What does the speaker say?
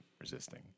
resisting